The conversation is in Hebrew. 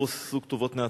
רצוני לשאול: